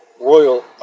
royal